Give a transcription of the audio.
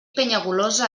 penyagolosa